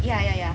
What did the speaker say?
ya ya ya